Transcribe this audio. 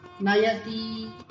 nayati